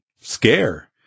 scare